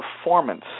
performance